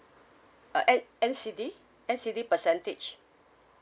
uh N N_C_D N_C_D percentage